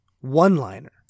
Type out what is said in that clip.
one-liner